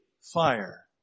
fire